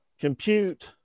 compute